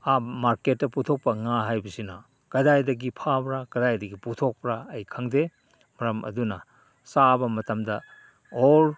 ꯑꯥ ꯃꯥꯔꯀꯦꯠꯇ ꯄꯨꯊꯣꯛꯄ ꯉꯥ ꯍꯥꯏꯕꯁꯤꯅ ꯀꯗꯥꯏꯗꯒꯤ ꯐꯥꯕ꯭ꯔꯥ ꯀꯗꯥꯏꯗꯒꯤ ꯄꯨꯊꯣꯛꯄ꯭ꯔꯥ ꯑꯩ ꯈꯪꯗꯦ ꯃꯔꯝ ꯑꯗꯨꯅ ꯆꯥꯕ ꯃꯇꯝꯗ ꯑꯣꯔ